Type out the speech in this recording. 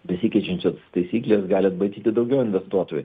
besikeičiančias taisykles gali atbaidyti daugiau investuotojų